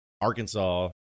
Arkansas